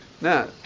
Now